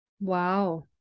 Wow